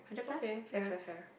okay fair fair fair